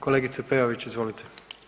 Kolegice Peović izvolite.